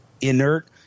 inert